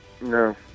No